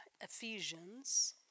Ephesians